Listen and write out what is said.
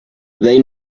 they